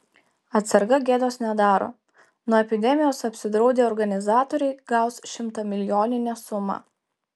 atsarga gėdos nedaro nuo epidemijos apsidraudę organizatoriai gaus šimtamilijoninę sumą